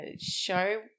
show